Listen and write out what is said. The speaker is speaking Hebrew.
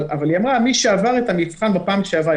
אבל היא אמרה שמי שעבר את המבחן בפעם שעברה,